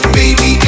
baby